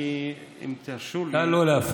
אני, אם תרשו לי, נא לא להפריע.